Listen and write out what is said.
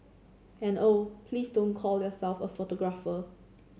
and oh please don't call yourself a photographer